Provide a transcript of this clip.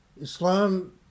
Islam